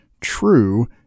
true